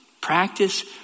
Practice